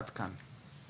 עד כאן.